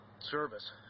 service